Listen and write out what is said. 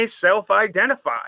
self-identify